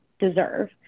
deserve